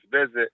visit